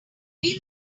stay